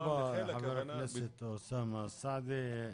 תודה רבה, חבר הכנסת אוסאמה סעדי.